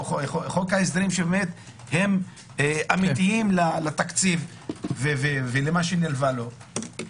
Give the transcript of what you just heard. חוק ההסדרים שהם אמיתיים לתקציב ולמה שנלווה לו,